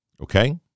Okay